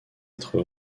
être